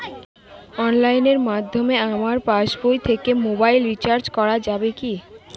অনলাইনের মাধ্যমে আমার পাসবই থেকে মোবাইল রিচার্জ করা যাবে কি?